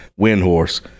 Windhorse